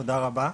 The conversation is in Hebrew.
תודה רבה.